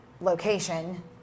location